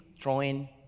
throwing